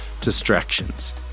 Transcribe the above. distractions